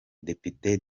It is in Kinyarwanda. depite